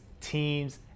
teams